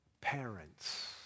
Parents